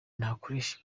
nakoresha